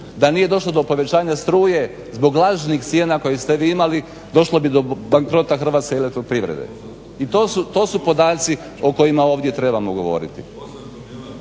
Da nije došlo do povećanja struje zbog lažnih sjena koje ste vi imali došli bi do bankrota Hrvatske elektroprivrede. To su podaci o kojima ovdje trebamo govoriti.